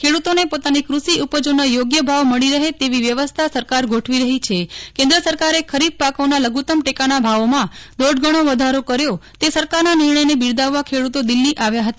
ખેડૂતોને પોતાની ક્રષિ ઉપજો ના યોગ્ય ભાવ મળી રહે તેવી વ્યવસ્થા સરકાર ગોઠવી રહી છે કેન્દ્ર સરકારે ખરીફ પાકોના લઘુત્તમ ટેકાના ભાવોમાં દોઢ ગણો વધારો કર્યો તે સરકારના નિર્ણયને બિરદાવવા ખેડ્રતો દિલ્હી આવ્યા હતા